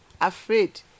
afraid